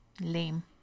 lame